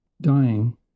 dying